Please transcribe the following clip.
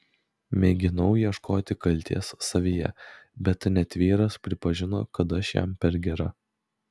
mėginau ieškoti kaltės savyje bet net vyras pripažino kad aš jam per gera